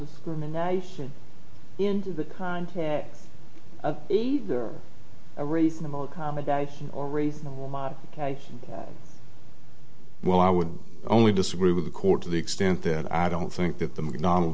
discrimination into the context of either a reasonable accommodation or reasonable modification while i would only disagree with the court to the extent that i don't think that the mcdon